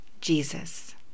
Jesus